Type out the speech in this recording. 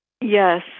Yes